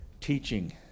teaching